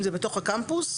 אם זה בתוך הקמפוס.